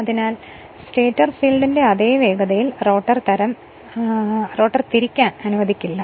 അതിനാൽ സ്റ്റേറ്റർ ഫീൽഡിന്റെ അതേ വേഗതയിൽ റോട്ടർ തിരിക്കാൻ അനുവദിക്കില്ല